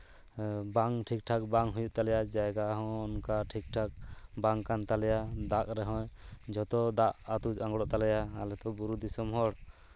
ᱦᱮᱸ ᱵᱟᱝ ᱴᱷᱤᱠ ᱴᱷᱟᱠ ᱵᱟᱝ ᱦᱩᱭᱩᱜ ᱛᱟᱞᱮᱭᱟ ᱡᱟᱭᱟ ᱦᱚᱸ ᱚᱱᱠᱟ ᱴᱷᱤᱠ ᱴᱷᱟᱠ ᱵᱟᱝ ᱠᱟᱱ ᱛᱟᱞᱮᱭᱟ ᱫᱟᱜ ᱨᱮᱦᱚᱸ ᱡᱚᱛᱚ ᱫᱟᱜ ᱟᱹᱛᱩ ᱟᱝᱲᱚᱜ ᱛᱟᱞᱮᱭᱟ ᱟᱞᱮᱫᱚ ᱵᱩᱨᱩ ᱫᱤᱥᱚᱢ ᱦᱚᱲ